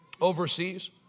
overseas